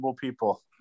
people